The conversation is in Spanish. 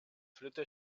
fruto